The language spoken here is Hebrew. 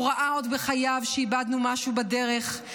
עוד בחייו הוא ראה שאיבדנו משהו בדרך,